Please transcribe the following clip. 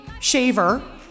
shaver